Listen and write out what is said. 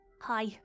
Hi